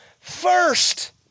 first